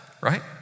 right